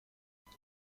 puis